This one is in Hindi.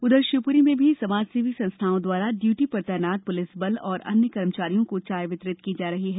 उधर शिवपुरी में भी समाजसेवी संस्थाओं द्वारा ड्यूटी पर तैनात पुलिस बल और अन्य कर्मचारियों को चाय वितरित की जा रही है